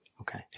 Okay